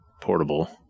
portable